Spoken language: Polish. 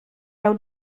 miał